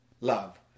love